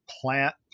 plant